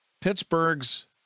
Pittsburgh's